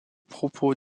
propos